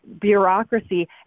bureaucracy